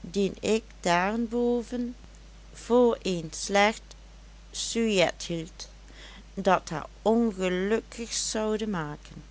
dien ik daarenboven voor een slecht sujet hield dat haar ongelukkig zoude maken